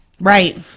right